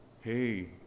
Hey